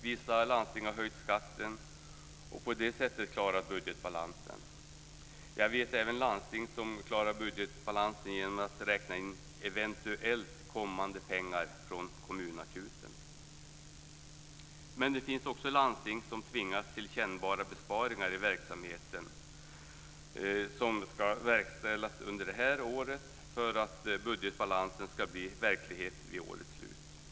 Vissa landsting har höjt skatten och på det sättet klarat budgetbalansen. Jag känner även till landsting som klarat budgetbalansen genom att räkna in eventuellt kommande pengar från kommunakuten. Men det finns också landsting som tvingas till kännbara besparingar i verksamheten och de ska verkställas under det här året för att budgetbalansen ska bli verklighet vid årets slut.